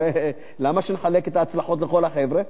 למה שנחלק את ההצלחות לכל החבר'ה?